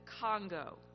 Congo